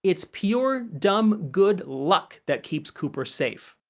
it's pure, dumb, good luck that keeps cooper safe!